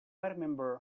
remember